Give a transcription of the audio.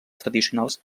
tradicionals